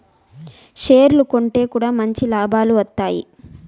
షేర్లు కొంటె కూడా మంచి లాభాలు వత్తాయి